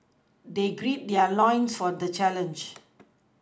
they gird their loins for the challenge